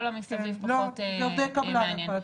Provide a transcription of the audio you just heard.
כל המסביב פחות מעניין.